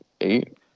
eight